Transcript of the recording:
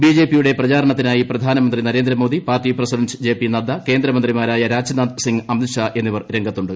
B J P യുടെ പ്രചാരണത്തിനായി പ്രധാന്മന്ത്രി Narendra Modi party president J P Nadda കേന്ദ്രമന്ത്രിമാരായ രാജ്നാഥ് സിംഗ് അമിത് ഷാ എന്നിവർ രംഗത്തുണ്ട്